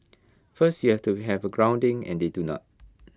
first you have to have A grounding and they do not